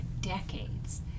decades